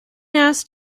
asked